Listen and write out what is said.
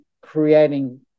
creating